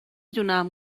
دونم